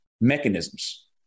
mechanisms